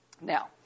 Now